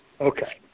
Okay